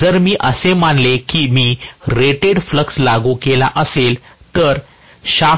जर मी असे मानले की मी रेटेड फ्लक्स लागू केला असेल तर शाफ्ट निश्चितपणे खंडित होईल